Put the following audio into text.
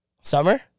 Summer